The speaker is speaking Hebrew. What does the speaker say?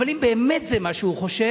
אבל אם באמת זה מה שהוא חושב,